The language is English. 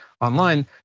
online